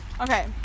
Okay